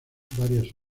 varias